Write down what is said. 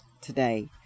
today